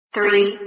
Three